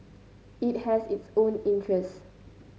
it has its own interests